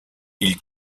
ils